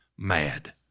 mad